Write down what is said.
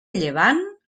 llevant